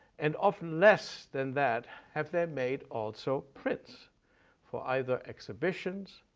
and often less than that, have they made also prints for either exhibitions,